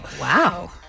wow